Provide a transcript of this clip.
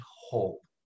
hope